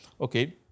Okay